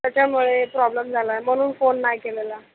त्याच्यामुळे प्रॉब्लम झाला आहे म्हणून फोन नाही केलेला